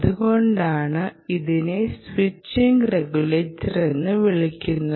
അതുകൊണ്ടാണ് ഇതിനെ switching regulator എന്ന് വിളിക്കുന്നത്